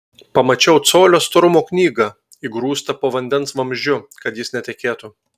pamačiau colio storumo knygą įgrūstą po vandens vamzdžiu kad jis netekėtų